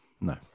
No